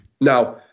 Now